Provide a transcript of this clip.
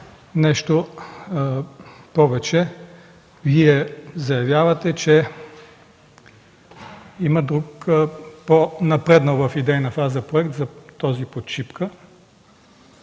Нещо повече, Вие заявявате, че има друг, по-напреднал в идейна фаза проект, този под Шипка.